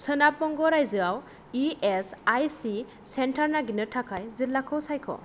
सोनाब बंग' रायजोआव E S I C centre नागिरनो थाखाय जिल्लाखौ सायख'